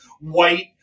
white